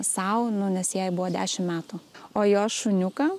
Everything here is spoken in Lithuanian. sau nu nes jai buvo dešim metų o jos šuniuką